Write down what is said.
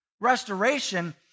Restoration